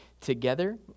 together